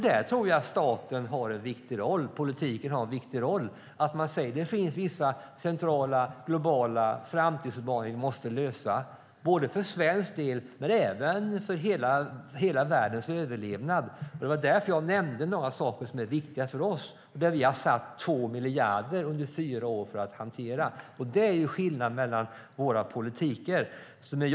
Där har staten och politiken en viktig roll. Det finns vissa centrala och globala framtidsutmaningar som vi måste lösa för svensk del och för hela världens överlevnad. Det var därför jag nämnde några saker som är viktiga för oss. Vi har satt upp 2 miljarder under fyra år för att hantera dem. Det är skillnaden mellan våra politiska inriktningar.